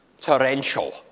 torrential